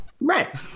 Right